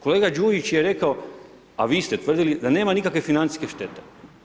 Kolega Đujić je rekao, a vi ste tvrdili da nema nikakve financijske štete.